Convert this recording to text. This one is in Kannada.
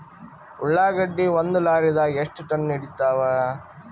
ಉಳ್ಳಾಗಡ್ಡಿ ಒಂದ ಲಾರಿದಾಗ ಎಷ್ಟ ಟನ್ ಹಿಡಿತ್ತಾವ?